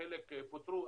חלק פוטרו,